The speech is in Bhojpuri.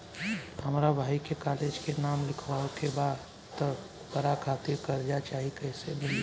हमरा भाई के कॉलेज मे नाम लिखावे के बा त ओकरा खातिर कर्जा चाही कैसे मिली?